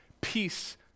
peace